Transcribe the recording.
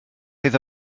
iddo